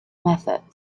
methods